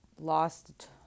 lost